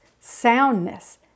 soundness